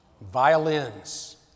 Violins